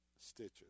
stitches